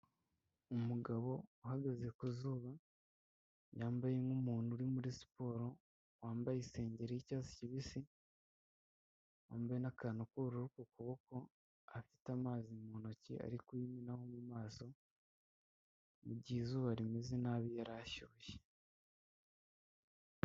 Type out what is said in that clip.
Umugabo uhagaze ku zuba yambaye nk'umuntu uri muri siporo wambaye isengeri y'icyatsi kibisi, wampaye n'akantu k'ubururu ku kuboko afite amazi mu ntoki ariko uyimenaho mu maso mu mu gihe izuba rimeze nabi yari ashyushye.